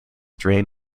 drain